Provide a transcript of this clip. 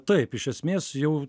taip iš esmės jau